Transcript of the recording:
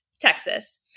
Texas